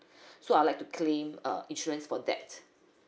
so I like to claim uh insurance for that